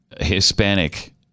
Hispanic